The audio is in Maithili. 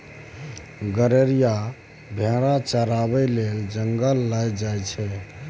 गरेरिया भेरा चराबै लेल जंगल लए जाइ छै